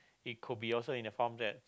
it could also in the form that